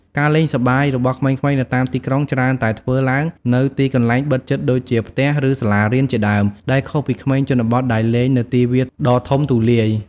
ការលេងសប្បាយរបស់ក្មេងៗនៅតាមទីក្រុងច្រើនតែធ្វើឡើងនៅទីកន្លែងបិទជិតដូចជាផ្ទះឬសាលារៀនជាដើម ដែលខុសពីក្មេងជនបទដែលលេងនៅទីវាលដ៏ធំទូលាយ។